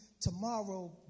tomorrow